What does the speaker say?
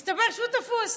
מסתבר שהוא תפוס,